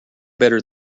better